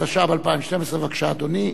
התשע"ב 2012. בבקשה, אדוני.